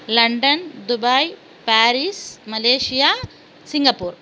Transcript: London Dubai Paris Malaysia Singapore